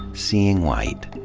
seeing white.